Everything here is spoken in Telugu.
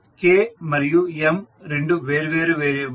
K మరియు M రెండు వేర్వేరు వేరియబుల్స్